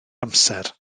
amser